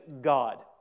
God